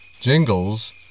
Jingles